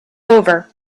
over